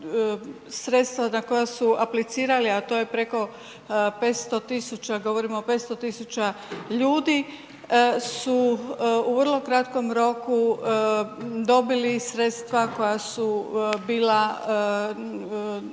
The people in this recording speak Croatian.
sredstva za koja su aplicirali, a to je preko 500 000, govorimo o 500 000 ljudi, su u vrlo kratkom roku dobili sredstva koja su bila